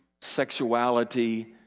sexuality